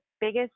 biggest